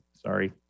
Sorry